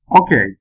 Okay